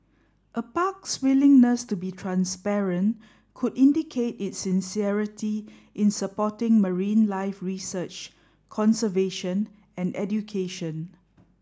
a park's willingness to be transparent could indicate its sincerity in supporting marine life research conservation and education